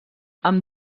amb